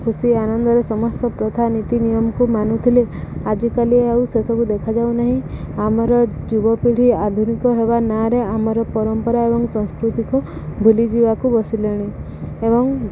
ଖୁସି ଆନନ୍ଦରେ ସମସ୍ତ ପ୍ରଥା ନୀତି ନିୟମକୁ ମାନୁଥିଲେ ଆଜିକାଲି ଆଉ ସେସବୁ ଦେଖାଯାଉନାହିଁ ଆମର ଯୁବପିଢ଼ି ଆଧୁନିକ ହେବା ନାଁରେ ଆମର ପରମ୍ପରା ଏବଂ ସଂସ୍କୃତିକୁ ଭୁଲିଯିବାକୁ ବସିଲେଣି ଏବଂ